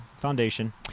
Foundation